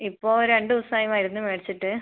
ഇപ്പോൾ രണ്ടുദിസമായി മരുന്ന് മേടിച്ചിട്ട്